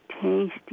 tasty